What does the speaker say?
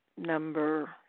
number